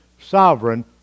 sovereign